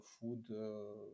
food